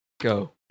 go